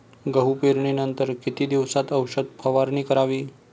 गहू पेरणीनंतर किती दिवसात औषध फवारणी करावी?